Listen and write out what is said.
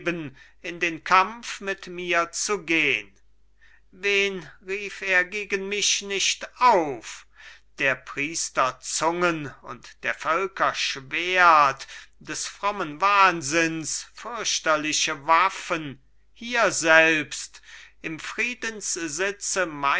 in den kampf mit mir zu gehn wen rief er gegen mich nicht auf der priester zungen und der völker schwert des frommen wahnsinns fürchterliche waffen hier selbst im